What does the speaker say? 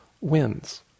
wins